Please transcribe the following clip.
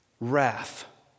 wrath